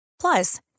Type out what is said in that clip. Plus